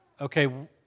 okay